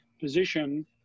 position